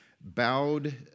bowed